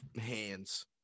hands